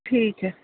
ठीक ऐ